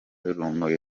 rumuri